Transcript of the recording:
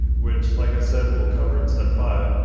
which, like i said, we'll cover in step five.